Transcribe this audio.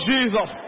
Jesus